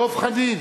דב חנין,